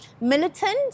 militant